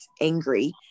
angry